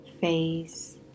face